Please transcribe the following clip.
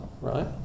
right